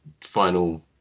final